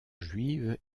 juive